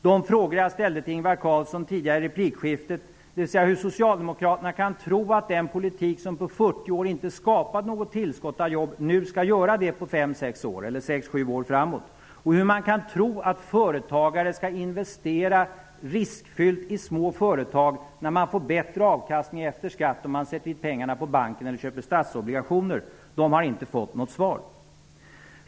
De frågor som jag ställde till Socialdemokraterna kan tro att den politik som på 40 år inte har skapat något tillskott av jobb nu skall göra det på sex sju år framåt och hur de kan tro att företagare skall investera riskfyllt i små företag, när man får bättre avkastning efter skatt genom att sätta in pengarna på bank eller köpa statsobligationer, har inte fått några svar.